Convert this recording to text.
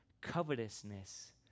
covetousness